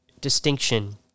distinction